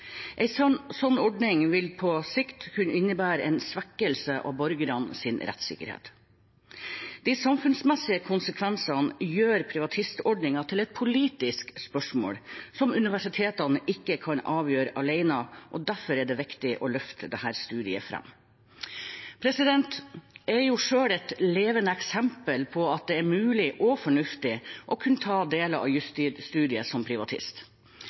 ordning vil på sikt kunne innebære en svekkelse av borgernes rettssikkerhet. De samfunnsmessige konsekvensene gjør privatistordningen til et politisk spørsmål som universitetene ikke kan avgjøre alene, og derfor det er viktig å få løftet fram studiet. Jeg er selv et levende eksempel på at det er mulig og fornuftig å kunne ta deler av jusstudiet som privatist.